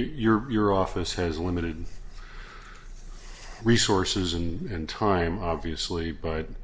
your your office has limited resources and time obviously b